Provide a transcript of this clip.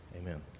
Amen